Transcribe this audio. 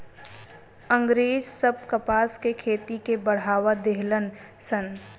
अँग्रेज सब कपास के खेती के बढ़ावा देहलन सन